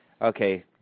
Okay